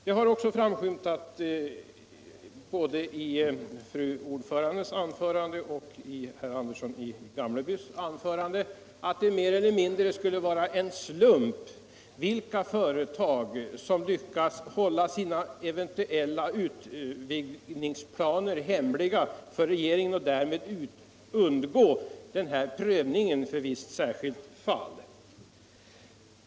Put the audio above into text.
Det har också framskymtat, både i fru utskottsordförandens anförande och i herr Anderssons i Gamleby anförande, att det mer eller mindre skulle vara en slump vilka företag som lyckas hålla sina eventuella utvidgningsplaner hemliga för regeringen och därmed undgå den här prövningen för visst särskilt fall.